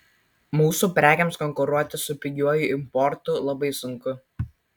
mūsų prekėms konkuruoti su pigiuoju importu labai sunku